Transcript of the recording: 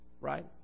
right